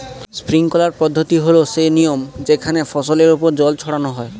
sprinkler পদ্ধতি হল সে নিয়ম যেখানে ফসলের ওপর জল ছড়ানো হয়